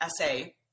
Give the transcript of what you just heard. essay